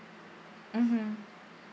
mmhmm